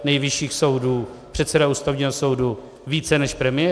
Nejvyššího soudu, předseda Ústavního soudu více než premiér?